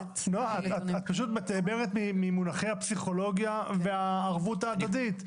את פשוט מדברת ממונחי הפסיכולוגיה והערבות ההדדית,